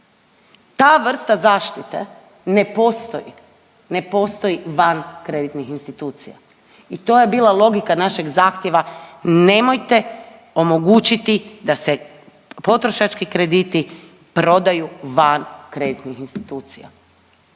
Ta vrsta zaštite ne postoji, ne postoji van kreditnih institucija. To je bila logika našeg zahtjeva, nemojte omogućiti da se potrošački krediti prodaju van kreditnih institucija.